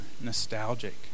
nostalgic